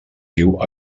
diu